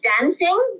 dancing